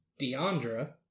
Deandra